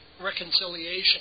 reconciliation